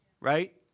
right